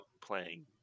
playing